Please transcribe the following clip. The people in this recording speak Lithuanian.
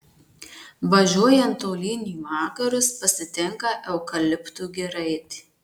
važiuojant tolyn į vakarus pasitinka eukaliptų giraitė